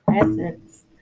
presence